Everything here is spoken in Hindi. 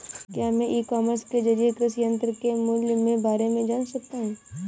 क्या मैं ई कॉमर्स के ज़रिए कृषि यंत्र के मूल्य में बारे में जान सकता हूँ?